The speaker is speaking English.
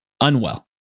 unwell